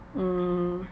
mm